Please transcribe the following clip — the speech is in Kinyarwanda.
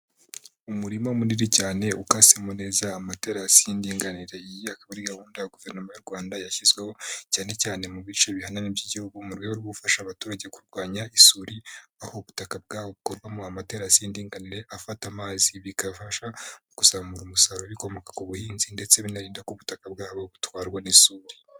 Umurima munini cyane ukasemo neza amatarasi y'indinganire. Iyi ikaba ari gahunda ya Guverinoma y'u Rwanda yashyizweho, cyane cyane mu bice bihanamye by'Igihugu, mu rwe rwo gufasha abaturage kurwanya isuri, aho ubutaka bwabo bukorwamo amatarasi y'indinganire afata amazi, bigafasha mu kuzamura umusaruro wibikomoka ku buhinzi, ndetse binarinda ko ubutaka bwabo butwarwa n'isuri.